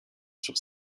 sur